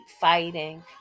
fighting